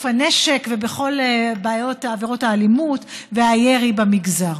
הנשק ובכל בעיות עבירות האלימות והירי במגזר.